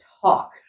talk